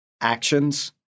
actions